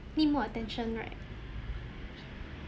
need more attention right